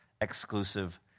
exclusive